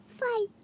bye